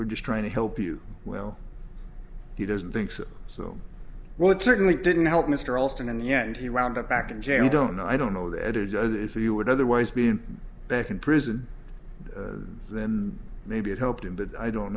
we're just trying to help you well he doesn't think so so well it certainly didn't help mr alston in the end he round up back in jail i don't know i don't know the editor does if you would otherwise been back in prison then maybe it helped him but i don't